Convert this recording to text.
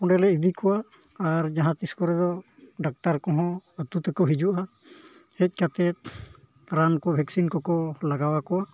ᱚᱸᱰᱮ ᱞᱮ ᱤᱫᱤ ᱠᱚᱣᱟ ᱟᱨ ᱡᱟᱦᱟᱸ ᱛᱤᱥ ᱠᱚᱨᱮ ᱫᱚ ᱰᱟᱠᱴᱟᱨ ᱠᱚᱦᱚᱸ ᱟᱛᱳ ᱛᱮᱠᱚ ᱦᱤᱡᱩᱜᱼᱟ ᱦᱮᱡ ᱠᱟᱛᱮᱫ ᱨᱟᱱ ᱠᱚ ᱵᱷᱮᱠᱥᱤᱱ ᱠᱚᱠᱚ ᱞᱟᱜᱟᱣ ᱠᱚᱣᱟ